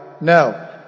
no